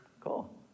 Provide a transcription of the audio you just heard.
Cool